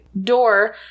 door